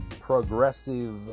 progressive